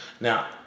Now